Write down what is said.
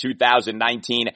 2019